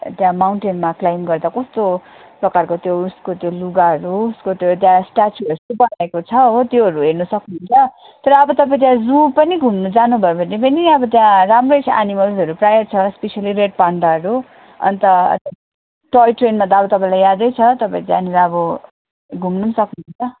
त्यहाँ माउन्टेनमा क्लाइम्ब गर्दा कस्तो प्रकारको त्यो उसको त्यो लुगाहरू उसको त्यो ड्यास स्टाचूहरू बनाएको छ हो त्योहरू हेर्नु सक्नु हुन्छ तर अब तपाईँ त्यहाँ जू पनि घुम्नु जानु भयो भने पनि अब त्यहाँ राम्रो यस एनिमल्सहरू प्रायः छ स्पेसिली रेड पान्डाहरू अन्त टोय ट्रेनमा त अब तपाईँलाई यादै छ तपाईँ त्यहाँनिर अब घुम्नु सक्नु हुन्छ